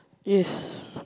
yes